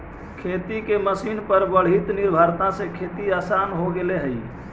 खेती के मशीन पर बढ़ीत निर्भरता से खेती आसान हो गेले हई